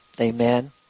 Amen